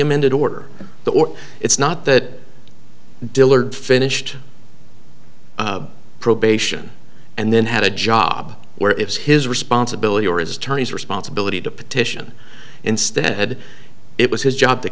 amended order the or it's not that dillard finished probation and then had a job where it's his responsibility or his attorney's responsibility to petition instead it was his job to